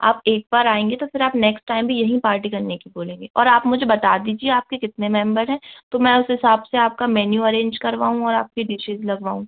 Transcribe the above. आप एक बार आएँगे तो फिर आप नेक्स्ट टाइम भी यहीं पार्टी करने की बोलेंगे और आप मुझे बता दीजिए आपके कितने मेम्बर हैं तो मैं उस हिसाब से आपका मैन्यू अरेंज करवाऊँ और आपकी डिशेज लगवाऊँ